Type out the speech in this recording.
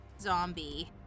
zombie